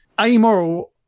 amoral